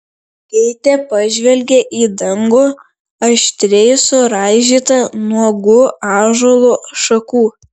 keitė pažvelgė į dangų aštriai suraižytą nuogų ąžuolo šakų